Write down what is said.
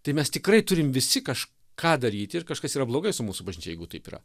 tai mes tikrai turim visi kažką daryti ir kažkas yra blogai su mūsų bažnyčia jeigu taip yra